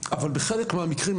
אבל בחלק מהמקרים,